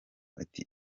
ati